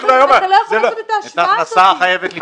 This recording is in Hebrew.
אתה לא יכול לעשות את ההשוואה הזאת.